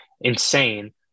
insane